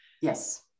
Yes